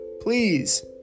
Please